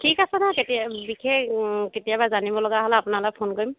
ঠিক আছে দে তেতিয়া বিশেষ কেতিয়াবা জানিব লগা হ'লে আপোনালৈ ফোন কৰিম